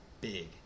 big